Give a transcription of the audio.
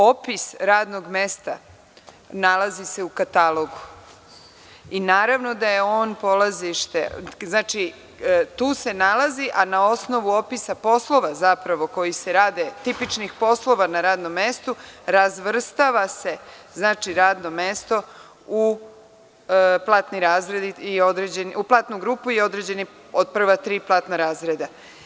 Opis radnog mesta nalazi se u katalogu i naravno da je on polazište, znači, tu se nalazi a na osnovu opisa poslova, zapravo, koji se rade, tipičnih poslova na radnom mestu, razvrstava se radno mesto u platnu grupu i određeni od prva tri platna razreda.